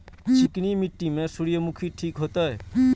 चिकनी मिट्टी में सूर्यमुखी ठीक होते?